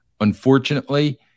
Unfortunately